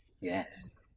Yes